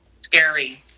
Scary